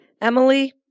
Emily